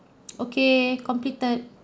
okay completed